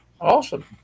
Awesome